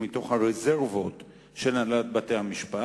מתוך הרזרבות של הנהלת בתי-המשפט.